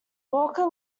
walker